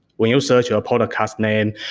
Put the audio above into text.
when you search your podcast name,